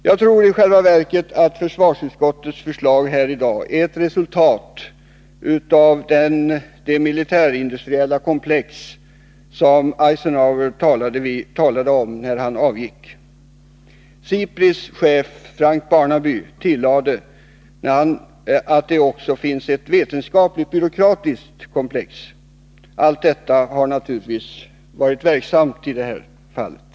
Jag tror i själva verket att försvarsutskottets förslag i dag är ett resultat av det militärindustriella komplex som Eisenhower talade om när han avgick. Och SIPRI:s chef Frank Barnaby tillade att det också finns ett vetenskapligtbyråkratiskt komplex. Allt detta har naturligtvis varit verksamt i det här fallet.